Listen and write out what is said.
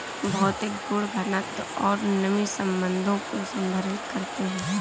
भौतिक गुण घनत्व और नमी संबंधों को संदर्भित करते हैं